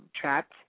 trapped